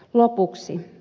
lopuksi